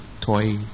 toy